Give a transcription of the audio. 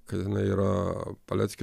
kad jinai yra paleckio